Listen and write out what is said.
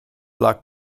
block